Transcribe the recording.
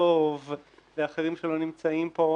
דב ואחרים שלא נמצאים פה,